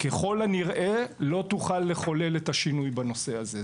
ככל הנראה משטרת ישראל לא תוכל לחולל את השינוי בנושא הזה.